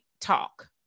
talk